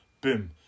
boom